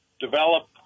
develop